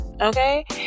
okay